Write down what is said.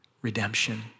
Redemption